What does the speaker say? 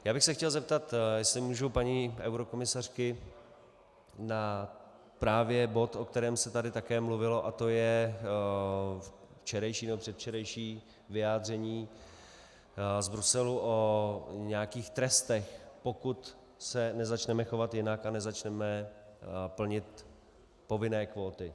Já bych se chtěl zeptat, jestli můžu, paní eurokomisařky právě na bod, o kterém se tady také mluvilo, a to je včerejší nebo předvčerejší vyjádření z Bruselu o nějakých trestech, pokud se nezačneme chovat jinak a nezačneme plnit povinné kvóty.